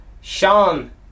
Sean